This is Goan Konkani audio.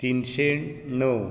तीनशें णव